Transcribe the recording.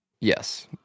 Yes